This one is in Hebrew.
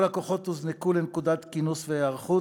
כל הכוחות הוזנקו לנקודת כינוס והיערכות,